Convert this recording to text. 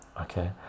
okay